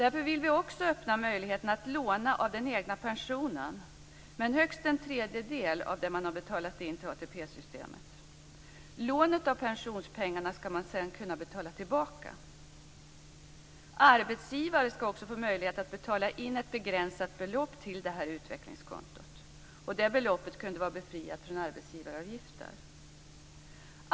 Vi vill därför också öppna möjligheten att låna av den egna pensionen, men högst en tredjedel av det man betalat in till ATP-systemet. Lånet av pensionspengarna skall man sedan kunna betala tillbaka. Arbetsgivare skall också få möjlighet att betala in ett begränsat belopp till utvecklingskontot. Beloppet skulle kunna vara befriat från arbetsgivaravgifter.